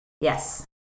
Yes